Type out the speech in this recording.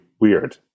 weird